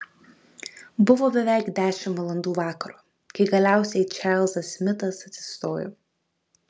buvo beveik dešimt valandų vakaro kai galiausiai čarlzas smitas atsistojo